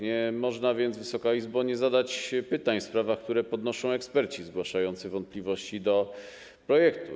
Nie można więc, Wysoka Izbo, nie zadać pytań w sprawach, które podnoszą eksperci zgłaszający wątpliwości co do projektu.